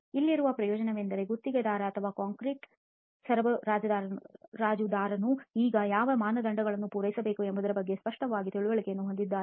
ಇಲ್ಲಿರುವ ಪ್ರಯೋಜನವೆಂದರೆ ಗುತ್ತಿಗೆದಾರ ಅಥವಾ ಕಾಂಕ್ರೀಟ್ ಸರಬರಾಜುದಾರನು ಈಗ ಯಾವ ಮಾನದಂಡಗಳನ್ನು ಪೂರೈಸಬೇಕು ಎಂಬುದರ ಬಗ್ಗೆ ಸ್ಪಷ್ಟವಾದ ತಿಳುವಳಿಕೆಯನ್ನು ಹೊಂದಿದ್ದಾನೆ